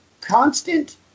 constant